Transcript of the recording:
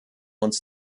uns